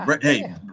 Hey